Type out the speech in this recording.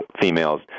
females